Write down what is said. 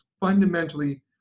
fundamentally